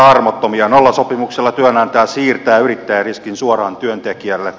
nollasopimuksilla työnantaja siirtää yrittäjäriskin suoraan työntekijälle